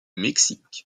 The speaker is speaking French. mexique